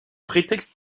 prétexte